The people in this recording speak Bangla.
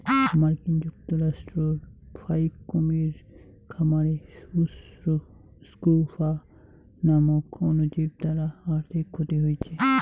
মার্কিন যুক্তরাষ্ট্রর ফাইক কুমীর খামারে সুস স্ক্রফা নামক অণুজীব দ্বারা আর্থিক ক্ষতি হইচে